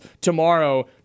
tomorrow